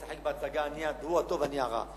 ישחק בהצגה שהוא הטוב ואני הרע.